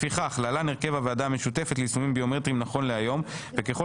לפיכך להלן הרכב הוועדה המשותפת ליישומים ביומטריים נכון להיום וככל